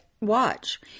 watch